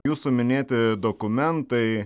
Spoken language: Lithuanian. jūsų minėti dokumentai